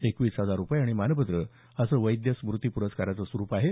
एकवीस हजार रुपये आणि मानपत्र असं वैद्य स्मुती प्रस्काराचं स्वरूप आहे